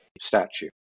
statue